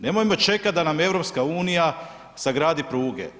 Nemojmo čekati da nam EU sagradi pruge.